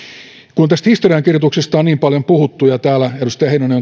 kun tästä historiankirjoituksesta on niin paljon puhuttu ja täällä edustaja heinonen